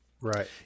Right